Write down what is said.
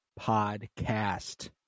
Podcast